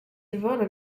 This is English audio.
devote